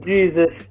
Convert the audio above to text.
Jesus